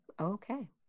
Okay